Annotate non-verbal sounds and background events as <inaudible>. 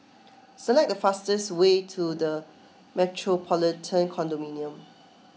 <noise> select the fastest way to the Metropolitan Condominium